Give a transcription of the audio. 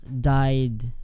died